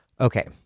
Okay